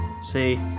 See